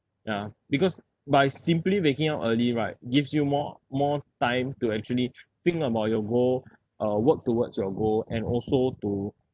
ya because by simply waking up early right gives you more more time to actually think about your goal uh work towards your goal and also to